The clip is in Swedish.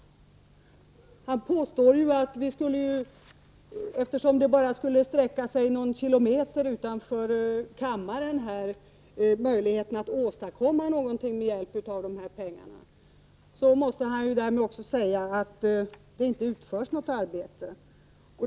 När han påstår att eftersom möjligheten att åstadkomma någonting med hjälp av dessa pengar bara skulle sträcka sig någon kilometer utanför kammaren, måste han därmed mena att det inte utförs något arbete.